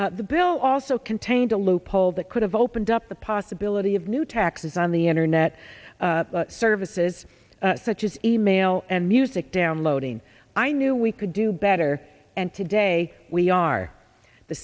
the bill also contained a loophole that could have opened up the possibility of new taxes on the internet services such as e mail and music downloading i knew we could do better and today we are the